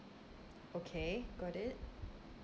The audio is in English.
okay got it